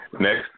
Next